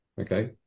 okay